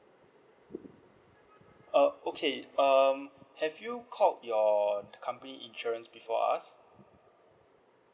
uh okay um have you called your company insurance before us